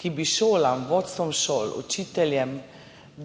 ki bi šolam, vodstvom šol, učiteljem,